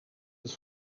het